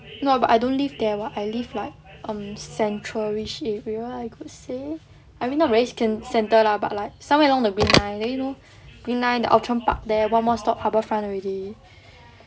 no but I don't live there [what] I live life um central-ish area where I could say I mean not very centre lah but like somewhere along the green line then you know green line the outram park there one more stop harbour front already